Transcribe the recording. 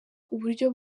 uburyo